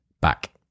back